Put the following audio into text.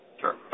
Sure